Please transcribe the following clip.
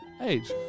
eight